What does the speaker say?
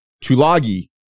Tulagi